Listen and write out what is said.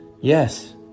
Yes